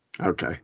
Okay